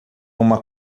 uma